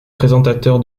présentateur